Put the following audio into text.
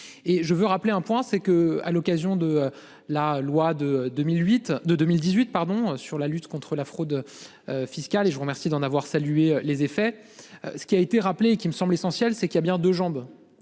et je veux rappeler un point, c'est que à l'occasion de la loi de 2008 de 2018, pardon, sur la lutte contre la fraude. Fiscale et je vous remercie d'en avoir salué les effets. Ce qui a été rappelé qui me semble essentiel, c'est qu'il y a bien 2 jambes.